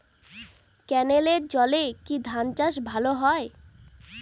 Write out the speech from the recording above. ক্যেনেলের জলে কি ধানচাষ ভালো হয়?